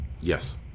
Yes